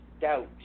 doubt